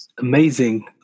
Amazing